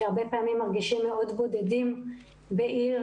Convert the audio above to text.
שהרבה פעמים מרגישים מאוד בודדים בעיר